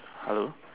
hello